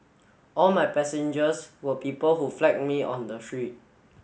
all my passengers were people who flag me on the street